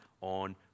on